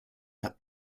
hat